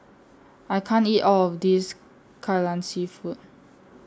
I can't eat All of This Kai Lan Seafood